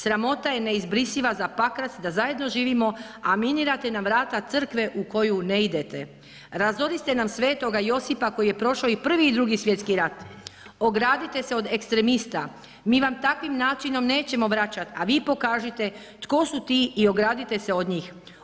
Sramota je neizbrisiva za Pakrac da zajedno živimo a minirate nam vrata crkve u koju ne idete, razorili ste nam sv. Josipa koji je prošao i Prvi i Drugi svjetski rat, ogradite se od ekstremista, mi vam takvim načinom nećemo vraćati a vi pokažite tko su ti i ogradite se od njih.